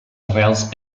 arrels